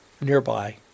nearby